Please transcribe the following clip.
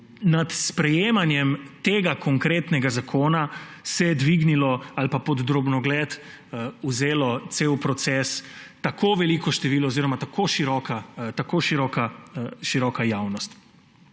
nad sprejemanjem tega konkretnega zakona se dvignilo ali pa pod drobnogled vzelo cel proces tako veliko število oziroma tako široka javnost.